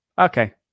Okay